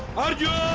arjun!